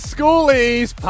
Schoolie's